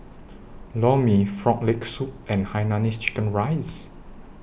Lor Mee Frog Leg Soup and Hainanese Chicken Rice